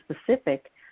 specific